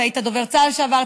אתה היית דובר צה"ל לשעבר,